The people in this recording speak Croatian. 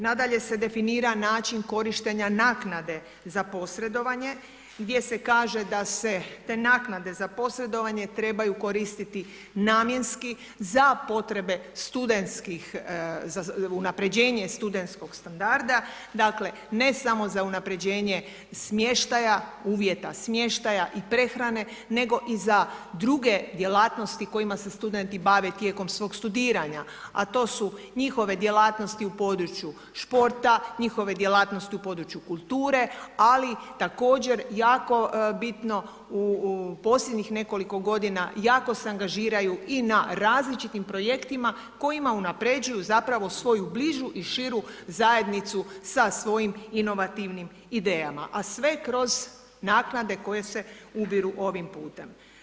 Nadalje se definira način korištenja naknade za posredovanje gdje se kaže da se te naknade za posredovanje trebaju koristiti namjenski za potrebe studentskih, unapređenje studentskog standarda, dakle ne samo za unapređenje smještaja, uvjeta smještaja i prehrane nego i za druge djelatnosti kojima se studenti bave tijekom svog studiranja a to su njihove djelatnosti u području športa, njihove djelatnosti u području kulture ali također jako bitno u posljednjih nekoliko godina jako se angažiraju i na različitim projektima kojima unapređuju zapravo svoju bližu i širu zajednicu sa svojim inovativnim idejama a sve kroz naknade koje se ubiru ovim putem.